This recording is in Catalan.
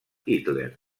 hitler